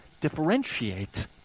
differentiate